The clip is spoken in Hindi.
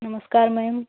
नमस्कार मैम